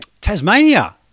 Tasmania